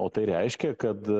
o tai reiškia kad